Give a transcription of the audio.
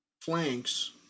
flanks